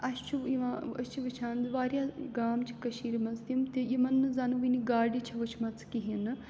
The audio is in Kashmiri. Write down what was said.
اَسہِ چھُ یِوان أسۍ چھِ وٕچھان واریاہ گام چھِ کٔشیٖرِ منٛز تِم تہِ یِمَن نہٕ زَنہٕ وٕنہِ گاڑِ چھےٚ وٕچھمَژ کِہیٖنۍ نہٕ